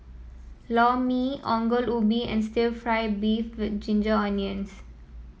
Lor Mee Ongol Ubi and stir fry beef with Ginger Onions